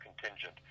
contingent